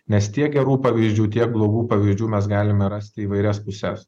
nes tiek gerų pavyzdžių tiek blogų pavyzdžių mes galime rasti įvairias puses